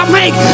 make